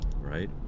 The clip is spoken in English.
Right